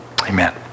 Amen